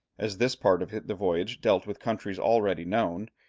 as this part of the voyage deals with countries already known,